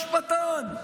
אני לא משפטן,